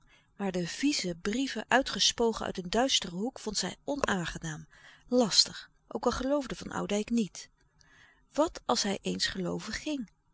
maar de vieze brieven uitgespogen uit een duisteren hoek vond zij onaangenaam lastig ook al geloofde van oudijck niet wat als hij eens gelooven ging